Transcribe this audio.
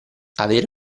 avere